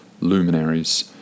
luminaries